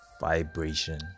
Vibration